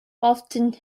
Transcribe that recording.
often